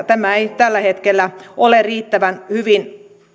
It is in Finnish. tämä ei tällä hetkellä ole riittävän hyvin